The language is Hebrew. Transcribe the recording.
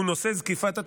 הוא נושא זקיפת התשלומים.